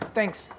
Thanks